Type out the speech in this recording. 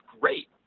great